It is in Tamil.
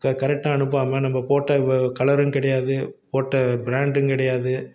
இப்போ கரெக்டாக அனுப்பாமல் நம்ப போட்ட வ கலரும் கிடையாது போட்ட பிராண்ட்டும் கிடையாது